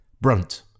Brunt